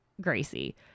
gracie